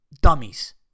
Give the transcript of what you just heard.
dummies